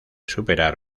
superar